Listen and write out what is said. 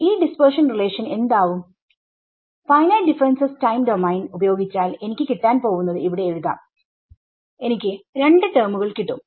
ഈ dispersion relation എന്താവും finite differences time domain ഉപയോഗിച്ചാൽ എനിക്ക് കിട്ടാൻ പോവുന്നത് ഇവിടെ എഴുതാം എനിക്ക് 2 ടെർമുകൾ കിട്ടും